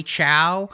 Chow